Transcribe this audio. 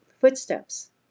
footsteps